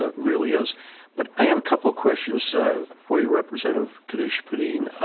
ah really is but i've a couple of questions so for you representative kunesh-podein.